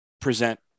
present